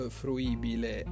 fruibile